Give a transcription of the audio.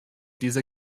dieser